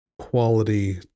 quality